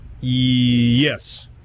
Yes